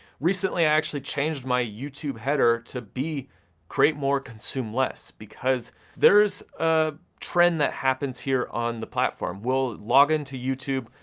recently, i actually changed my youtube header to be create more consume less, because there's a trend that happens here on the platform, we'll login to youtube,